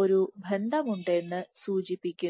ഒരു ബന്ധമുണ്ടെന്ന് സൂചിപ്പിക്കുന്ന